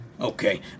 Okay